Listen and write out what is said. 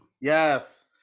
Yes